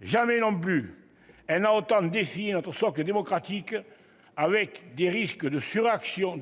Jamais non plus elle n'a autant défié notre socle démocratique, avec des risques de sur-réactions